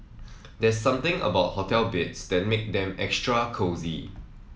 there's something about hotel beds that make them extra cosy